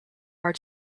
are